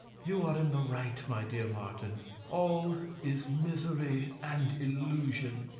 you are in the right, my dear martin all is misery and illusion.